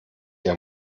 der